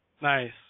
Nice